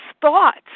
thoughts